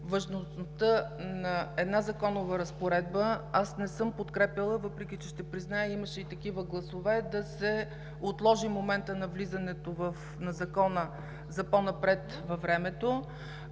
важността на една законова разпоредба, аз не съм подкрепяла, въпреки че ще призная – имаше и такива гласове – да се отложи моментът на влизането на Закона за по-напред във времето.